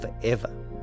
forever